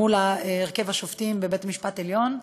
מול הרכב השופטים בבית-המשפט העליון.